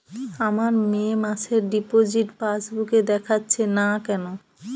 আমার মে মাসের ডিপোজিট পাসবুকে দেখাচ্ছে না কেন?